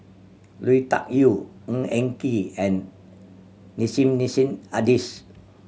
Lui Tuck Yew Ng Eng Kee and Nissim Nassim Adis